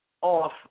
off